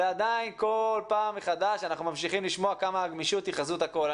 ועדיין כל פעם מחדש אנחנו ממשיכים לשמוע כמה הגמישות היא חזות הכול.